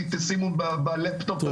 תשימו בלפטופ.